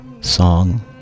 Song